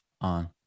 on